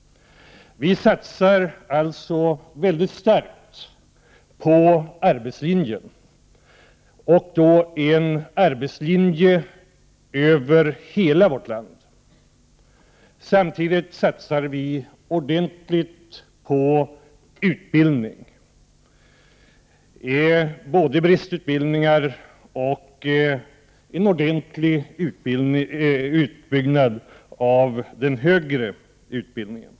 Vi satsar alltså hårt på arbetslinjen, och då en arbetslinje över hela vårt land. Samtidigt satsar vi ordentligt på utbildning, både bristutbildning och en ordentlig utbyggnad av den högre utbildningen.